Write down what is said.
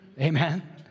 Amen